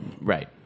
Right